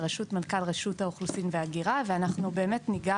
בראשות מנכ״ל רשות האוכלוסין וההגירה ואנחנו באמת ניגע